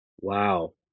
Wow